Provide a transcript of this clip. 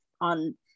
on